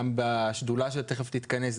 גם בשדולה שתיכף תתכנס,